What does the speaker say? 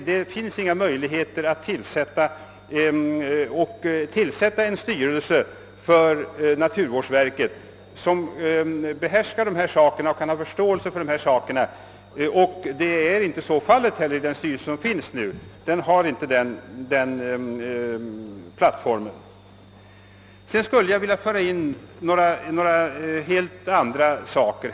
Det finns inga möjligheter att tillsätta en styrelse för naturvårdsverket som behärskar och har förståelse för alla dessa ting. Så är inte heller fallet med den nuvarande styrelsen ty den saknar plattform härför. Sedan skulle jag vilja ta upp några helt andra frågor.